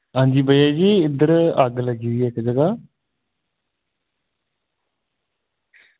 आं जी भैया जी इद्धर अग्ग लग्गी दी ऐ इक्क जगह